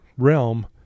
realm